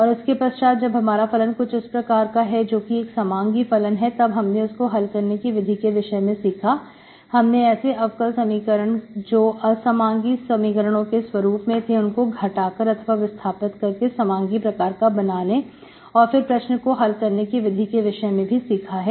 और इसके पश्चात जब हमारा फलन कुछ इस प्रकार का है जो कि एक समांगी फलन है तब हमने उसको हल करने की विधि के विषय में सीखा हमने ऐसे अवकल समीकरण जो असमांगी समीकरणों के स्वरूप में थे उनको घटा कर अथवा विस्थापित करके समांगी प्रकार का बनाने और फिर प्रश्न को हल करने की विधि के विषय में भी सीखा है